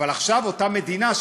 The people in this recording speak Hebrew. אבל עכשיו אותה מדינה,